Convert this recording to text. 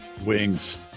wings